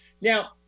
Now